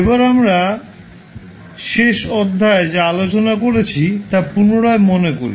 এবার আমরা শেষ অধ্যায়ে যা আলোচনা করেছি তা পুনরায় মনে করি